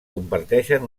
comparteixen